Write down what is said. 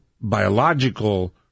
biological